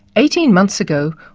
eighteen months ago,